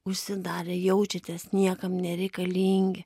užsidarę jaučiatės niekam nereikalingi